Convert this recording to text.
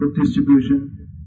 distribution